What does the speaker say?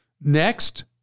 Next